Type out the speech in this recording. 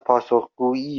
پاسخگویی